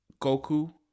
Goku